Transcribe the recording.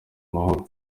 mahoro